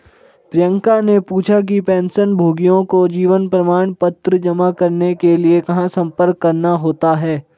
प्रियंका ने पूछा कि पेंशनभोगियों को जीवन प्रमाण पत्र जमा करने के लिए कहाँ संपर्क करना होता है?